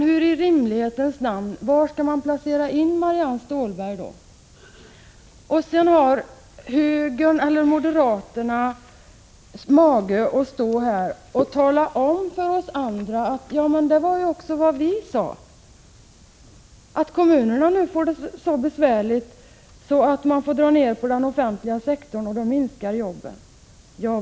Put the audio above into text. Var skall man som sagt placera in Marianne Stålberg på skalan? Sedan har moderaterna mage att stå här och tala om för oss andra att det var ju också vad de sade, att kommunerna nu får det så besvärligt att de måste dra ner på sin verksamhet, och då minskar jobben.